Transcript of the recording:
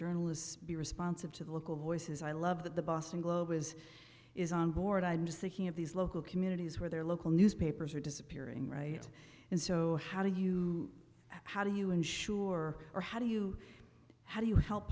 journalists be responsive to the local voices i love that the boston globe is is on board i'm just thinking of these local communities where their local newspapers are disappearing right and so how do you how do you ensure or how do you how do you help